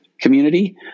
community